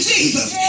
Jesus